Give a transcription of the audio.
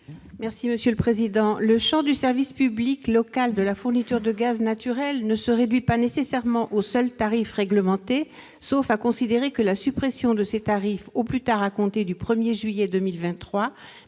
Mme Jacky Deromedi. Le champ du service public local de la fourniture de gaz naturel ne se réduit pas nécessairement aux seuls tarifs réglementés, sauf à considérer que la suppression de ces tarifs, au plus tard à compter du 1juillet 2023,